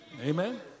Amen